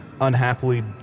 unhappily